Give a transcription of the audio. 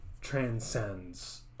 transcends